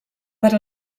per